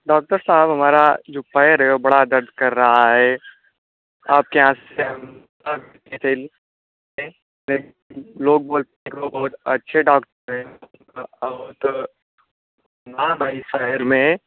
doctor साहब हमारा जो पैर है वह बडा दर्द कर रहा है आपके हाथ से हम लोग बोलते हैं बहुत अच्छे डौकटर हैं बड़े शहर में